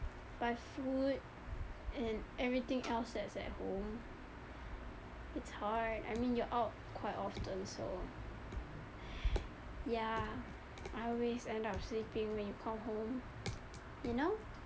by food and everything else that's at home it's hard I mean you are out quite often so ya I always end up sleeping when you come home you know